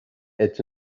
est